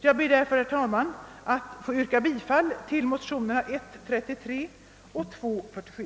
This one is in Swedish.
Jag ber således, herr talman, att få yrka bifall till motionerna 1:33 och II: 47.